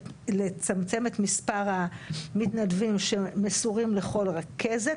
לצמצם את מספר המתנדבים שמסורים לכל רכזת.